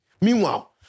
Meanwhile